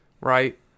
right